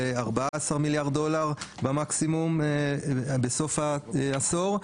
ל-14 מיליארד דולרים במקסימום בסוף העשור,